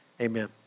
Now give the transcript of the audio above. Amen